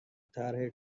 طرح